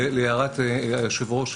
להערת היושב ראש.